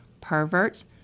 perverts